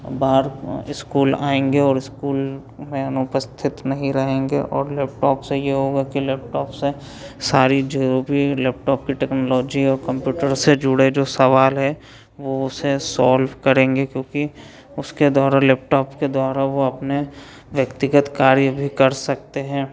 बार school आएँगे और school में अनुपस्थित नहीं रहेंगे और लैपटॉप चाहिए होगा कि लैपटॉप से सारी जो भी लैपटॉप की टेक्नोलॉजी और कम्प्यूटर से जुड़े जो सवाल है वो उसे सॉल्व करेंगे क्योंकि उसके द्वारा लैपटॉप के द्वारा वह अपने व्यक्तिगत कार्य भी कर सकते हैं